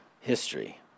history